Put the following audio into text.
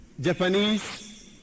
Japanese